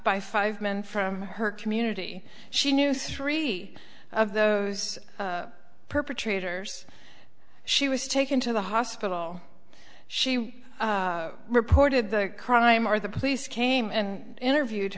by five men from her community she knew three of those perpetrators she was taken to the hospital she reported the crime or the police came and interviewed